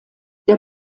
der